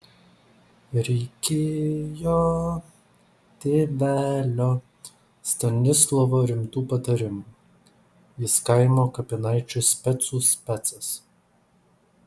reikėjo tėvelio stanislovo rimtų patarimų jis kaimo kapinaičių specų specas